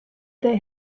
they